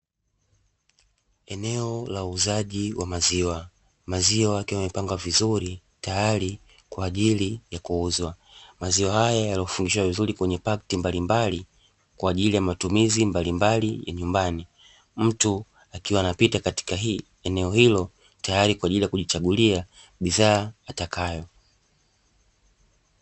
Eneo la uuzaji wa maziwa, maziwa yakiwa yamepangwa vizuri tayari kwa ajili ya kuuzwa, maziwa haya yaliyofungwa vizuri kwenye pakiti mbalimbali kwa ajili ya matumizi mbalimbali ya nyumbani, mtu akiwa anapita katika eneo hilo tayari kwa ajili ya kujichagulia bidhaa atakayo.